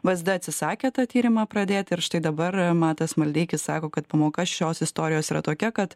vzd atsisakė tą tyrimą pradėti ir štai dabar matas maldeikis sako kad pamoka šios istorijos yra tokia kad